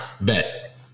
bet